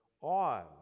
on